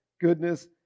goodness